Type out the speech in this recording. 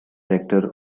director